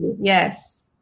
Yes